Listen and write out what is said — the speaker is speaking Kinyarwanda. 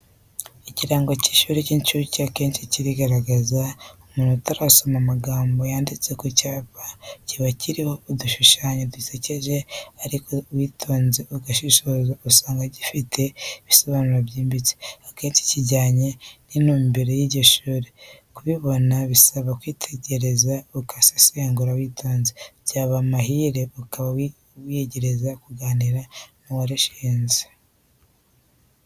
Ikirango cy'ishuri ry'incuke akenshi kirigaragaza, umuntu atarasoma n'amagambo yanditse ku cyapa, kiba kiriho udushushanyo dusekeje ariko witonze ugashishoza usanga dufite igisobanuro cyimbitse, akenshi kijyanye n'intumbero y'iryo shuri. Kubibona bisaba kwitegereza, ugasesengura witonze, byaba mahire ukaba warigeze kuganira n'uwarishinze.